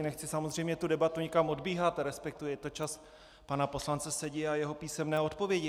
Nechci samozřejmě tu debatu nikam odbíhat, respektuje čas pana poslance Sedi a jeho písemné odpovědi.